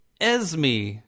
Esme